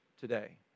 today